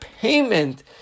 payment